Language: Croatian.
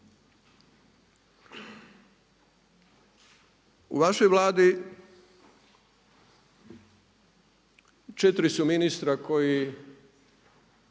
U vašoj Vladi četiri su ministra koji